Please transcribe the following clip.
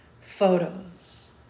photos